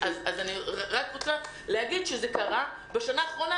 זה קרה בשנה האחרונה,